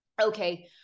okay